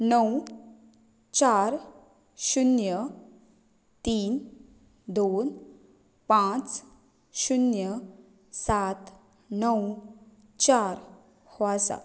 णव चार शून्य तीन दोन पांच शून्य सात णव चार हो आसा